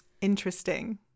Interesting